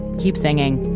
keep singing